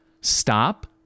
Stop